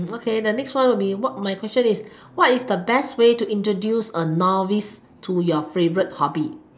mm okay the next one would be what my question is what is the best way to introduce a novice to your favourite hobby